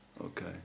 Okay